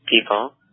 people